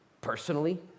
personally